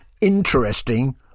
interesting